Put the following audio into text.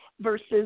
versus